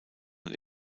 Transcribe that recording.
und